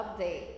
update